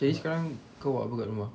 jadi sekarang kau buat apa kat rumah